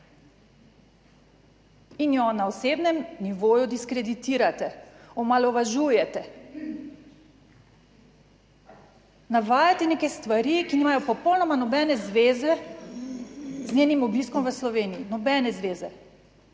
in jo na osebnem nivoju diskreditirate, omalovažujete, navajate neke stvari, ki nimajo popolnoma nobene zveze z njenim obiskom v Sloveniji, nobene zveze.